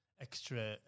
extra